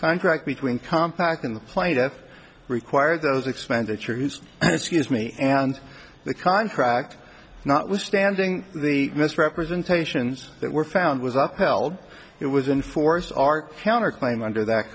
contract between compact in the plaintiff require those expenditure use an excuse me and the contract notwithstanding the misrepresentations that were found was up held it was in force art counterclaim under that